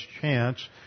chance